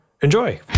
enjoy